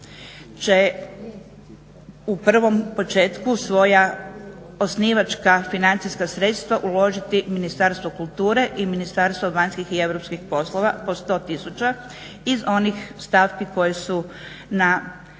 će u prvom početku svoja osnivačka financijska sredstva uložiti Ministarstvo kulture i Ministarstvo vanjskih i europskih poslova po 100 tisuća iz onih stavki koje su na